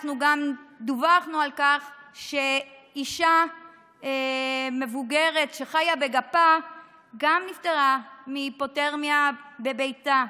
אנחנו גם דווחנו על כך שאישה מבוגרת שחיה בגפה נפטרה מהיפותרמיה בביתה.